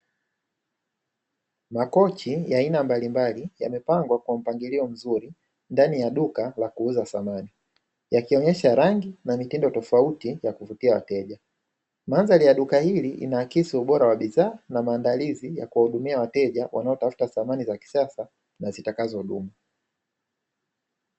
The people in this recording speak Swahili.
Makochi ya aina mbalimbali yamepangwa kwa mpangilio mzuri ndani ya duka la kuuza samani, yakionyesha rangi na mitindo tofauti ya kuvutia wateja. Mandhari ya duka hili linaakisi ubora wa bidhaa na maandalizi ya kuwahudumia wateja wanaotafuta samani za kisasa na zitakazodumu.